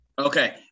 Okay